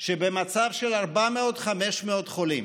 שבמצב של 400, 500 חולים